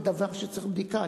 זה דבר שצריך בדיקה,